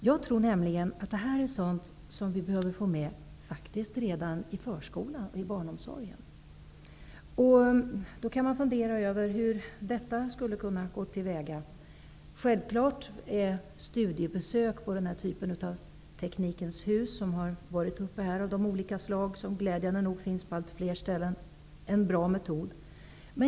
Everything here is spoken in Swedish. Fru talman! Jag skulle vilja knyta an till det mycket viktiga påpekande som skolministern gör i sitt svar, nämligen att flickornas intresse för teknik utvecklas tidigare än pojkarnas, med understrykande av just ordet ''tidigare''. Jag tror nämligen att teknikundervisning är något som vi behöver få med redan i förskolan, i barnomsorgen. Då kan man fundera över hur detta skulle kunna gå till. Självklart är studiebesök på institutioner av typen Teknikens Hus och annat av liknande slag, som glädjande nog finns på allt fler ställen, en bra metod.